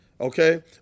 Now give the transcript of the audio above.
Okay